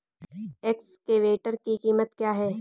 Excavator की कीमत क्या है?